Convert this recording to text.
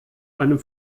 einem